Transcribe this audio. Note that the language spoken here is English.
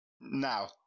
Now